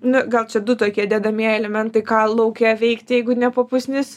nu gal čia du tokie dedamieji elementai ką lauke veikti jeigu ne po pusnis